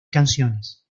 canciones